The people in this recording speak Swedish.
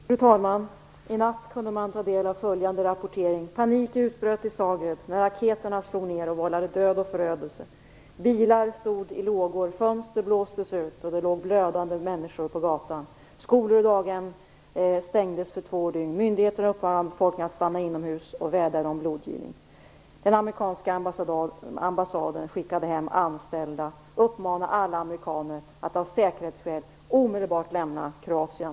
Fru talman! I natt kunde man ta del av följande rapportering: Panik utbröt i Zagreb när raketerna slog ned och vållade död och förödelse. Bilar stod i lågor. Fönster blåstes ut, och det låg glödande människor på gatan. Skolor och daghem stängdes för två dygn. Myndigheter uppmanade befolkningen att stanna inomhus och vädjade om blodgivning. Den amerikanska ambassaden skickade hem anställda och uppmanade alla amerikaner att av säkerhetsskäl omedelbart lämna Kroatien.